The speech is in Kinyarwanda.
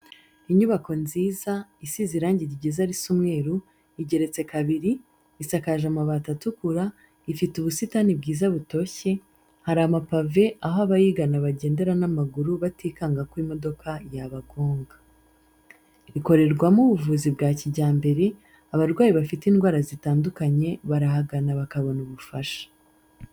Inyubako nziza, isize irangi ryiza risa umweru, igeretse kabiri, isakaje amabati atukura, ifite ubusitani bwiza butoshye, hari amapave aho abayigana bagendera n'amaguru batikanga ko imodoka yabagonga. Ikorerwamo ubuvuzi bwa kijyambere, abarwayi bafite indwara zitandukanye barahagana bakabona ubufasha.